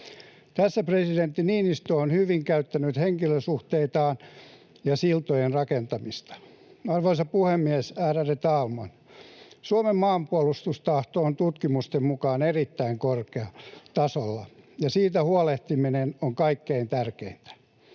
Tässä presidentti Niinistö on hyvin käyttänyt henkilösuhteitaan ja siltojen rakentamista. Arvoisa puhemies, ärade talman! Suomen maanpuolustustahto on tutkimusten mukaan erittäin korkealla tasolla, ja siitä huolehtiminen on kaikkein tärkeintä.